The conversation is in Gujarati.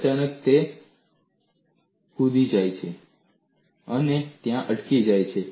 અચાનક તે કૂદી જાય છે અને ત્યાં અટકી જાય છે